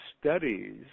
studies